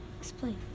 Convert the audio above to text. explain